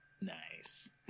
nice